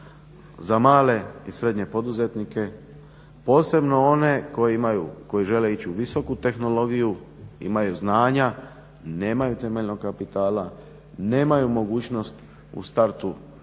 za male i srednje poduzetnike posebno one koji imaju, koji žele ići u visoku tehnologiju, imaju znanja i nemaju temeljnog kapitala, nemaju mogućnost u start